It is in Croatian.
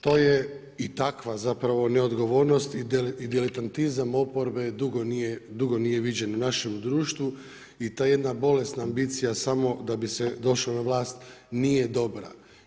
To je i takva zapravo neodgovornost i diletantizam oporbe dugo nije viđen u našem društvu i ta jedna bolesna ambicija samo da bi se došla na vlast, nije dobra.